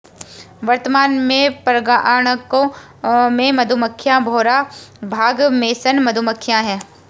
वर्तमान में परागणकों में मधुमक्खियां, भौरा, बाग मेसन मधुमक्खियाँ है